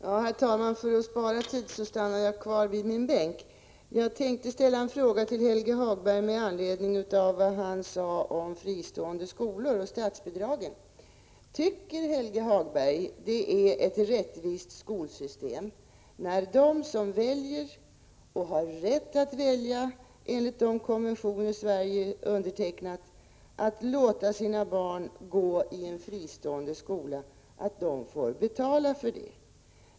Herr talman! För att spara tid stannar jag kvar vid min bänk. Jag vill ställa en fråga till Helge Hagberg med anledning av vad han sade om fristående skolor och statsbidrag. Tycker Helge Hagberg att det är ett rättvist skolsystem när de som väljer — och har rätt att välja enligt de konventioner Sverige undertecknat — att låta sina barn gå i en fristående skola, får betala för det?